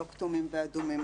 לא כתומים ואדומים,